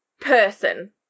person